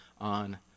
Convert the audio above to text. on